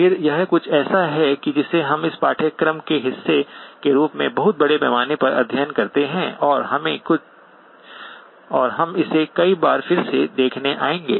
फिर यह कुछ ऐसा है जिसे हम इस पाठ्यक्रम के हिस्से के रूप में बहुत बड़े पैमाने पर अध्ययन करते हैं और हम इसे कई बार फिर से देखने आएंगे